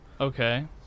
Okay